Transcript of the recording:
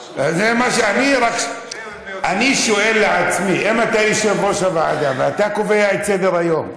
אני שואל לעצמי: אם אתה יושב-ראש הוועדה ואתה קובע את סדר-היום,